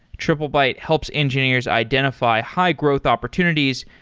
triplebyte helps engineers identify high-growth opportunities,